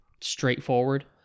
straightforward